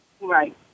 Right